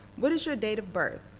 what is your date of birth?